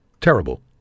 Terrible